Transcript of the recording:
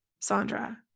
Sandra